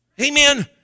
Amen